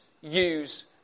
use